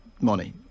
money